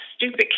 stupid